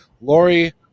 Lori